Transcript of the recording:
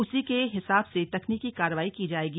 उसी के हिसाब से तकनीकी कार्रवाई की जायेगी